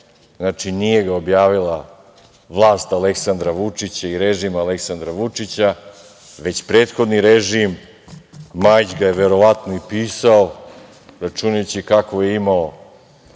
znači nije ga objavila vlast Aleksandra Vučića i režim Aleksandra Vučića, već prethodni režim. Majić ga je verovatno i pisao, računajući kakvo je imala